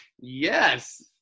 Yes